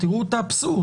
תראו את האבסורד.